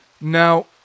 Now